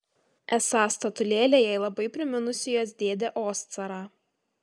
esą statulėlė jai labai priminusi jos dėdę oscarą